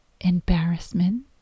embarrassment